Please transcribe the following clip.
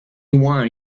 one